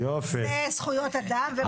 זכויות אדם ומה שאתה אומר זה פוליטי.